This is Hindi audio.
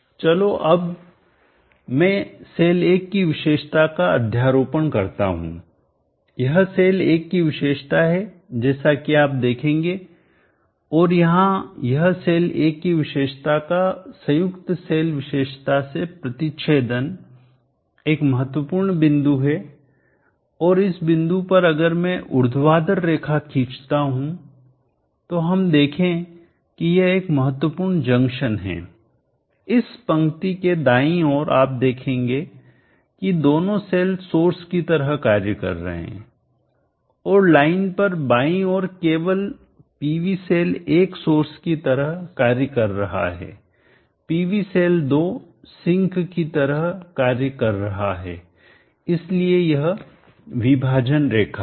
चलोअब मैं सेल 1 की विशेषता का अध्यारोपण करता हूं यह सेल 1 की विशेषता है जैसा कि आप देखेंगे और यहां यह सेल 1 की विशेषता का संयुक्त सेल विशेषता से प्रतिच्छेदन एक महत्वपूर्ण बिंदु है और इस बिंदु पर अगर मैं ऊर्ध्वाधर रेखा खींचता हूं तो हम देखें कि यह एक महत्वपूर्ण जंक्शन है इस पंक्ति के दाईं ओर आप देखेंगे कि दोनों सेल सोर्स की तरह कार्य कर रहे हैं और लाइन पर बाईं ओर केवल PV सेल 1 सोर्स की तरह कार्य कर रहा है PV सेल 2 सिंक की तरह कार्य कर रहा है इसलिए यह विभाजन रेखा है